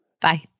Bye